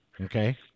okay